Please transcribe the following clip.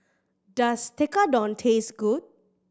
does Tekkadon taste good